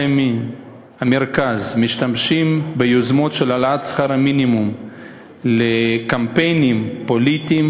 הימין והמרכז משתמשים ביוזמות להעלאת שכר המינימום לקמפיינים פוליטיים,